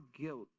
guilt